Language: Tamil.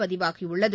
பதிவாகியுள்ளது